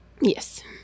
Yes